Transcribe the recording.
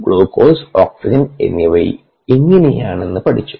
glucose oxygen എന്നിവയിൽ എങ്ങിനെയെന്ന് പഠിച്ചു